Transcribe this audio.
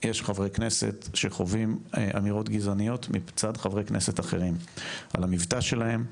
יש חברי כנסת שחווים אמירות גזעניות מצד חברי כנסת אחרים על המבטא שלהם,